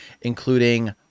including